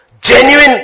genuine